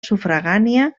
sufragània